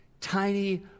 tiny